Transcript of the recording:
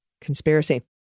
conspiracy